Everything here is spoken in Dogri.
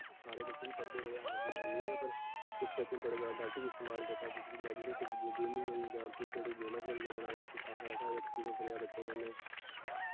साढ़े बच्चे बी पढ़दे रेह् ऐसी गल्ल नेईं ऐ पर किश बच्चे बड़े ज्यादा गल्त बी इस्तमाल कीता गेमिंग होई गेई जां पूरी ध्याड़ी गेमां खेलदे रौह्ना जां कुछ ऐसा ऐसा ऐक्सपिरिंयस होएआ बच्चें कन्नै